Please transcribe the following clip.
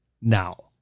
now